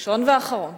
ראשון ואחרון,